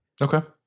Okay